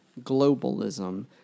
globalism